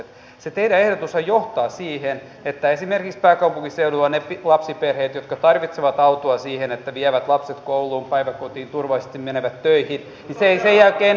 se teidän ehdotuksennehan johtaa siihen että esimerkiksi pääkaupunkiseudulla ne lapsiperheet jotka tarvitsevat autoa siihen että vievät lapset kouluun päiväkotiin turvallisesti menevät töihin eivät sen jälkeen enää pääse siihen